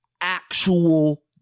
actual